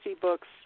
books